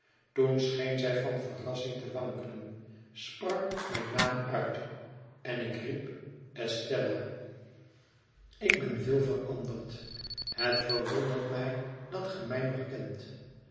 toen scheen zij van verrassing te wankelen sprak mijn naam uit en ik riep estella ik ben veel veranderd het verwondert mij dat ge mij nogkent de